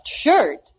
shirt